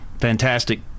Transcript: fantastic